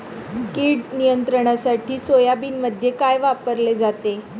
कीड नियंत्रणासाठी सोयाबीनमध्ये काय वापरले जाते?